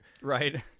Right